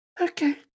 Okay